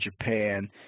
Japan